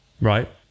Right